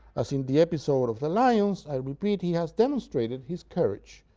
as in the episode of the lions, i repeat, he has demonstrated his courage,